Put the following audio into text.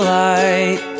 light